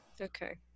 Okay